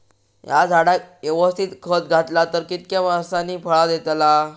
हया झाडाक यवस्तित खत घातला तर कितक्या वरसांनी फळा दीताला?